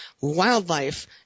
wildlife